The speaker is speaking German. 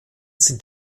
sind